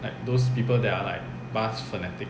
like those people that are like bus fanatic